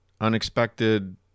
unexpected